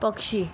पक्षी